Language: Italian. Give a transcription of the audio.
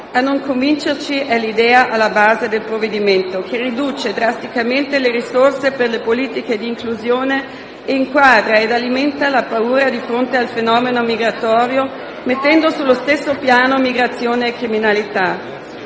a non convincerci è l'idea alla base del provvedimento, che riduce drasticamente le risorse per le politiche di inclusione, inquadra ed alimenta la paura di fronte al fenomeno migratorio, mettendo sullo stesso piano migrazione e criminalità.